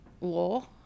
law